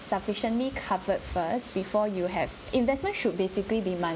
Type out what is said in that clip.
sufficiently covered first before you have investment should basically be money